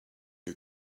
you